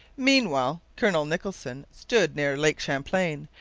meanwhile colonel nicholson stood near lake champlain,